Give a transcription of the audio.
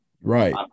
Right